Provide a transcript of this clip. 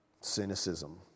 cynicism